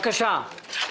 אורית, בבקשה.